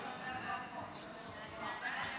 ההצעה לכלול את הנושא בסדר-היום של הכנסת, נתקבלה.